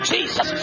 Jesus